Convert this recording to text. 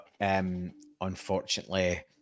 unfortunately